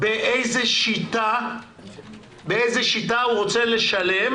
באיזו שיטה הוא רוצה לשלם.